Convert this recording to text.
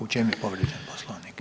U čem je povrijeđen Poslovnik?